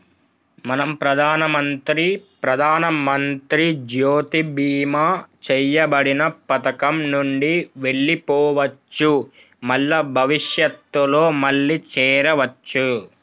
మనం ప్రధానమంత్రి ప్రధానమంత్రి జ్యోతి బీమా చేయబడిన పథకం నుండి వెళ్లిపోవచ్చు మల్ల భవిష్యత్తులో మళ్లీ చేరవచ్చు